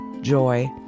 joy